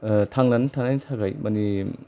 ओ थांनानै थानायनि थाखाय मानि